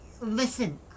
Listen